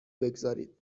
بگذارید